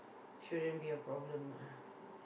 shouldn't be a problem ah